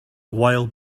wild